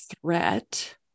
threat